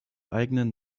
eigenen